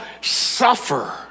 suffer